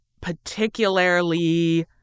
particularly